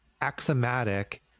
axiomatic